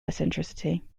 eccentricity